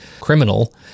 criminal